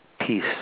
peace